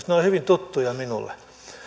ne ovat hyvin tuttuja minulle